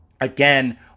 again